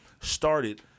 started –